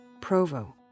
Provo